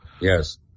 yes